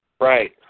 Right